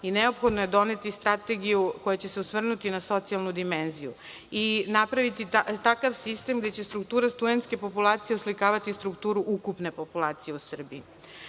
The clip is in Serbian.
i neophodno je doneti strategiju koja će se osvrnuti na socijalnu dimenziju i na napraviti takav sistem gde će struktura studentske populacije oslikavati strukturu ukupne populacije u Srbiji.Za